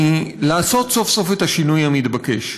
היא לעשות סוף-סוף את השינוי המתבקש,